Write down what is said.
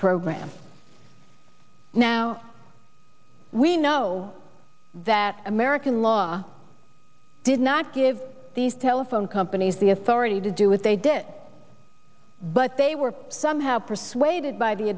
program now we know that american law did not give these telephone companies the authority to do it they did it but they were somehow persuaded by the